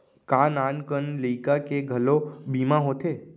का नान कन लइका के घलो बीमा होथे?